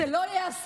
זה לא ייעשה.